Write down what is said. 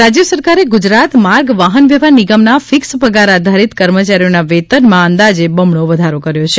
કર્મચારી રાજ્ય સરકારે ગુજરાત માર્ગ વાહન વ્યવહાર નિગમના ફિક્સ પગાર આધારિત કર્મચારીઓના વેતનમાં અંદાજે બમણો વધારો કર્યો છે